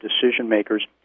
decision-makers